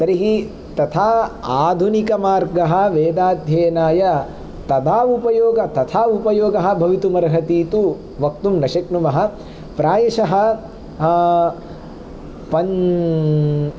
तर्हि तथा आधुनिकमार्गः वेदाध्ययनाय तदा उपयोग तथा उपयोगः भवितुम् अर्हिति तु वक्तुं न शक्तुमः प्रायशः पन्